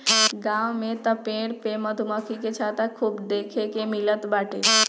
गांव में तअ पेड़ पे मधुमक्खी के छत्ता खूबे देखे के मिलत बाटे